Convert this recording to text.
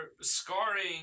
Scarring